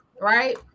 right